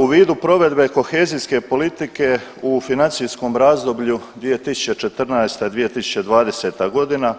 U vidu provedbe kohezijske politike u financijskom razdoblju 2014.-2020.g.